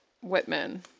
whitman